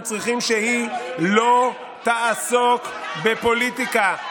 אנחנו צריכים שהיא לא תעסוק בפוליטיקה.